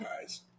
guys